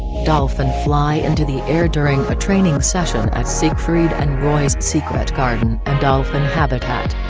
dolphin fly into the air during a training session at siegfried and roy's secret garden and dolphin habitat.